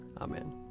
Amen